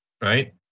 right